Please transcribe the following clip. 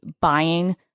buying